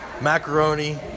macaroni